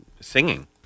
singing